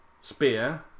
Spear